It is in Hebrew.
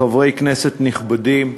חברי כנסת נכבדים,